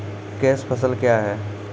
Cash फसल क्या हैं?